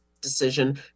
decision